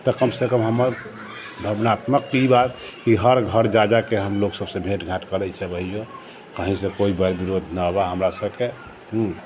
तऽ कम सँ कम हमर भावनात्मक ई बात जे हर घर जा जाके हम लोकसबसँ भेँट घाँट करैत रहियै कहीं सँ कोइ भी विरोध नहि रहै हमरा सबके हूँ